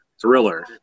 thriller